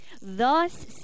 Thus